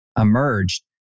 emerged